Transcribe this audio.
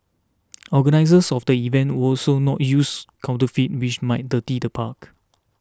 organisers of the event will also not use confetti which might dirty the park